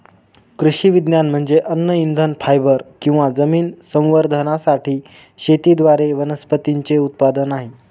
कृषी विज्ञान म्हणजे अन्न इंधन फायबर किंवा जमीन संवर्धनासाठी शेतीद्वारे वनस्पतींचे उत्पादन आहे